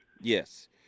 Yes